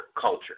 culture